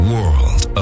World